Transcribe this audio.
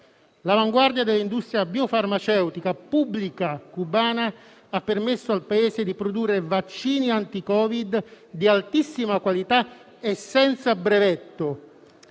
L'avanguardia dell'industria biofarmaceutica pubblica cubana ha permesso al Paese di produrre vaccini anti-Covid di altissima qualità e senza brevetto.